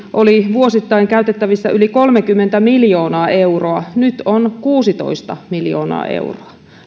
oli vuosittain käytettävissä yli kolmekymmentä miljoonaa euroa ja nyt on kuusitoista miljoonaa euroa